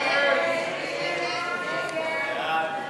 מי בעד ההסתייגות?